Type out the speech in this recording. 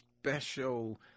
special